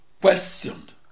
questioned